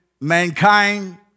mankind